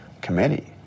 committee